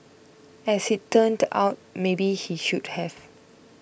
as it turned out maybe he should have